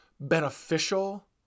beneficial